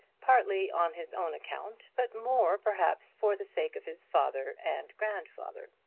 partly on his own account, but more perhaps for the sake of his father and grandfather.